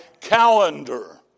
calendar